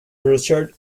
richard